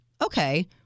Okay